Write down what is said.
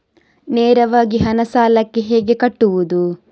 ನೇರವಾಗಿ ಹಣ ಸಾಲಕ್ಕೆ ಹೇಗೆ ಕಟ್ಟುವುದು?